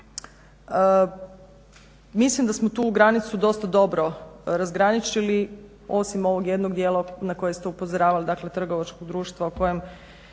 mislim da smo tu granicu dosta dobro razgraničili osim ovog jednog dijela na koje ste upozoravali dakle trgovačkog društva o kojem